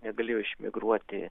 negalėjo išmigruoti